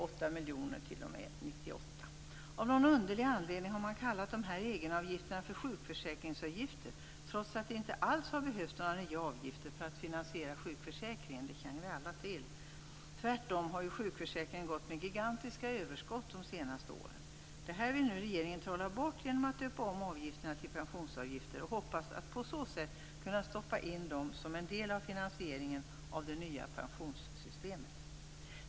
Det är Av någon underlig anledning har man kallat dessa egenavgifter för sjukförsäkringsavgifter, trots att det inte alls har behövts några nya avgifter för att finansiera sjukförsäkringen. Det känner vi alla till. Tvärtom har sjukförsäkringen gått med gigantiska överskott de senaste åren. Detta vill regeringen nu trolla bort genom att döpa om avgifterna till pensionsavgifter. Man hoppas att på så sätt kunna stoppa in dem som en del av finansieringen av det nya pensionssystemet.